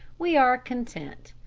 we are content.